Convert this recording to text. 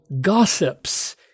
gossips